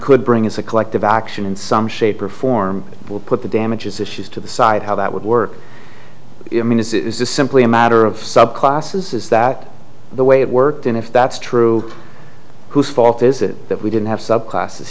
could bring is a collective action in some shape or form will put the damages issues to the side how that would work mean is this simply a matter of subclasses is that the way it worked and if that's true whose fault is it that we didn't have subclasses